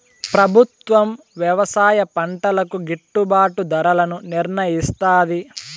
ప్రభుత్వం వ్యవసాయ పంటలకు గిట్టుభాటు ధరలను నిర్ణయిస్తాది